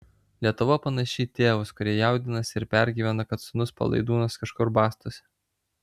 lietuva panaši į tėvus kurie jaudinasi ir pergyvena kad sūnus palaidūnas kažkur bastosi